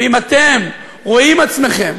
ואם אתם רואים עצמכם